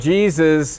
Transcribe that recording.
Jesus